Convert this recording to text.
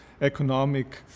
economic